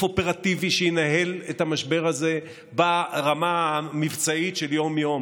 אופרטיבי שינהל את המשבר הזה ברמה המבצעית של יום-יום.